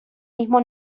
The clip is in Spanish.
mismo